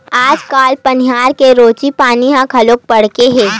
आजकाल बनिहार के रोजी बनी ह घलो बाड़गे हे